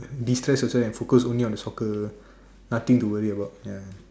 destress also and focus only on the soccer nothing to worry about